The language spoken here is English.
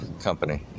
company